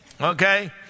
okay